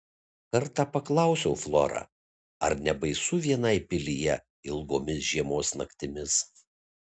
kartą paklausiau florą ar nebaisu vienai pilyje ilgomis žiemos naktimis